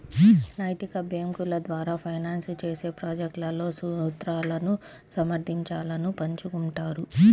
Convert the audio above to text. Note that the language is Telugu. నైతిక బ్యేంకుల ద్వారా ఫైనాన్స్ చేసే ప్రాజెక్ట్లలో సూత్రాలను సమర్థించాలను పంచుకుంటారు